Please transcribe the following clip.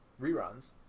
Reruns